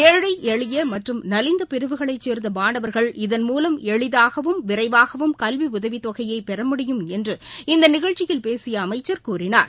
ஏழைஎளியமற்றும் நலிந்தபிரிவுகளைச் சோ்ந்தமாணவர்கள் இதன் மூலம் எளிதாகவும் விரைவாகவும் கல்விஉதவித்தொகையைபெற முடியும் என்று இந்தநிகழ்ச்சியில் பேசியஅமைச்ச் கூறினார்